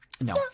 No